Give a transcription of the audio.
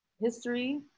history